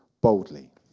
boldly